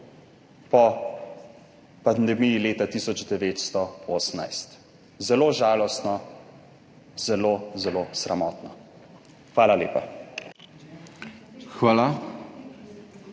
po pandemiji leta 1918. Zelo žalostno, zelo zelo sramotno. Hvala lepa.